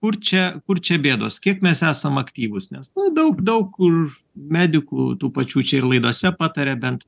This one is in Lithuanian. kur čia kur čia bėdos kiek mes esam aktyvūs nes nu daug daug kur medikų tų pačių čia ir laidose pataria bent